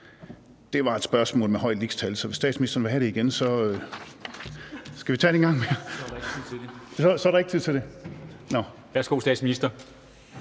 Det var et spørgsmål med højt lixtal, så hvis statsministeren vil have det igen, kan vi tage det en gang mere. (Formanden (Henrik Dam Kristensen): Der